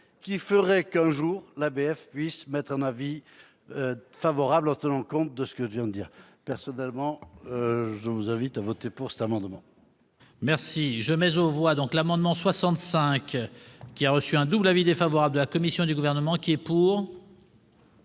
qui feraient qu'un jour l'ABF puisse émettre un avis favorable, compte tenu de ce que je viens de dire. Personnellement, je vous invite à voter cet amendement.